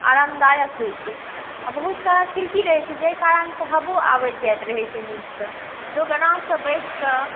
आरामदायक होइ छै आओर बहुत सारा खिड़की रहै छै जाहि कारणसँ हवो आबैत जाइत रहै छै नीकसँ लोक आरामसँ बैसिकऽ